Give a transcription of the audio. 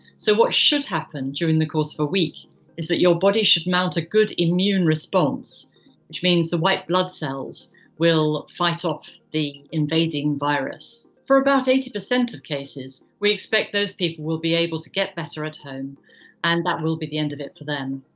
so what should happen during the course of a week is that your body should mount a good immune response which means the white blood cells will fight off the invading virus. for about eighty percent of cases, we expect those people will be able to get better at home and that will be the end of it for them.